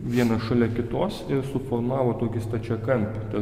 vieną šalia kitos ir suformavo tokį stačiakampį